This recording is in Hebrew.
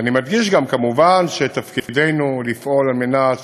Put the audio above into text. אני גם מדגיש, כמובן, שתפקידנו לפעול על מנת